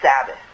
Sabbath